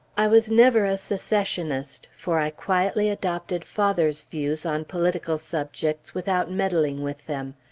i was never a secessionist, for i quietly adopted father's views on political subjects without meddling with them.